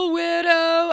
widow